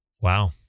Wow